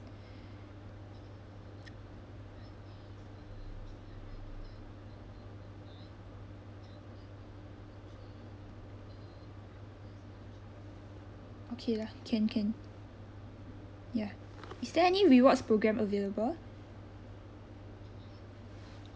okay lah can can ya is there any rewards program available